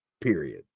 period